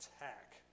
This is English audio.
attack